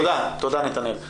תודה נתנאל.